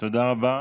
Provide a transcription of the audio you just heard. תודה רבה.